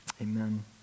Amen